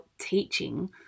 teaching